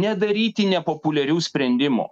nedaryti nepopuliarių sprendimų